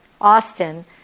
Austin